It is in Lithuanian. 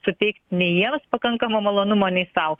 suteikt nei jiems pakankamo malonumo nei sau